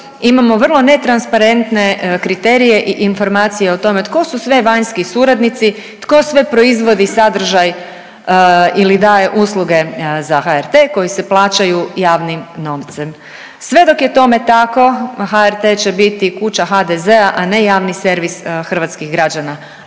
imamo vrlo netransparentne kriterije i informacije o tome tko su sve vanjski suradnici, tko sve proizvodi sadržaj ili daje usluge za HRT koji se plaćaju javnim novcem. Sve dok je tome tako HRT će biti kuća HDZ-a, a ne javni servis hrvatskih građana.